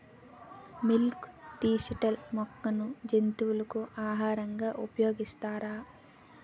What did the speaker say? Milk thistle మొక్కను జంతువులకు ఆహారంగా ఉపయోగిస్తారా?